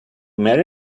marry